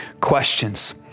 questions